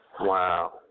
wow